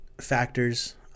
factors